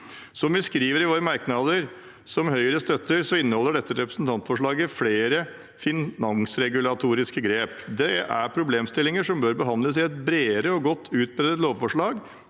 Som vi skriver i våre merknader, som Høyre støtter, inneholder dette representantforslaget flere finansregulatoriske grep. Det er problemstillinger som bør behandles i et bredere og godt utredet lovforslag,